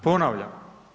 Ponavljam.